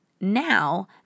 now